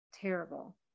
terrible